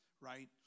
right